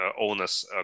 owners